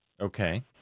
Okay